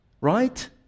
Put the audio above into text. Right